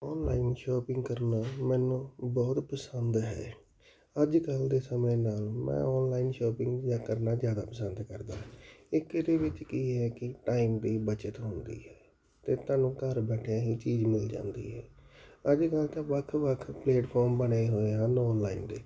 online shopping ਕਰਨਾ ਮੈਨੂੰ ਬਹੁਤ ਪਸੰਦ ਹੈ ਅੱਜ ਕੱਲ੍ਹ ਦੇ ਸਮੇਂ ਨਾਲ ਮੈਂ ਔਨਲਾਈਨ ਸ਼ੋਪਿੰਗ ਜਾ ਕਰਨਾ ਜ਼ਿਆਦਾ ਪਸੰਦ ਕਰਦਾ ਇੱਕ ਇਹਦੇ ਵਿੱਚ ਕੀ ਹੈ ਕਿ ਟਾਈਮ ਵੀ ਬੱਚਤ ਹੁੰਦੀ ਹੈ ਅਤੇ ਤੁਹਾਨੂੰ ਘਰ ਬੈਠਿਆਂ ਹੀ ਚੀਜ਼ ਮਿਲ ਜਾਂਦੀ ਹੈ ਅੱਜ ਕੱਲ੍ਹ ਤਾਂ ਵੱਖ ਵੱਖ ਪਲੇਟਫਾਰਮ ਬਣੇ ਹੋਏ ਹਨ ਔਨਲਾਈਨ ਦੇ